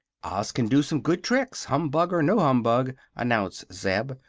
oz can do some good tricks, humbug or no humbug, announced zeb,